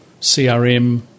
CRM